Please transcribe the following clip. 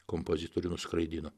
kompozitorių nuskraidino